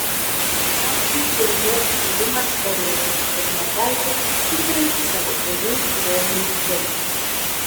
galiausiai dnr tyrimas parodė kad mergaitė tikrai savo tėvų romų vaikas